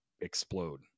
explode